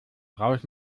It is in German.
raus